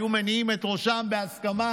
הם היו מניעים את ראשם בהסכמה.